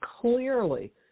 clearly